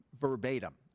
Verbatim